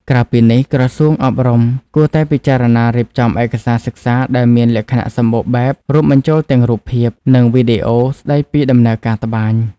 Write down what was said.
ក្រៅពីនេះ ក្រសួងអប់រំគួរតែពិចារណារៀបចំឯកសារសិក្សាដែលមានលក្ខណៈសម្បូរបែប រួមបញ្ចូលទាំងរូបភាព និងវីដេអូស្តីពីដំណើរការត្បាញ។